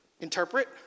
interpret